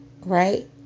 Right